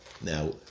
now